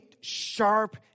sharp